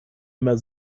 immer